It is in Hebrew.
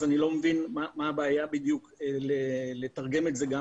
אז אני לא מבין מה הבעיה לתרגם את זה גם